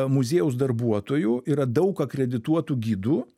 muziejaus darbuotojų yra daug akredituotų gidų